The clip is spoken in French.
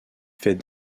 fait